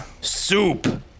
Soup